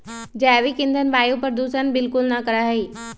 जैविक ईंधन वायु प्रदूषण बिलकुल ना करा हई